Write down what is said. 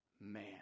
man